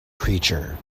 creature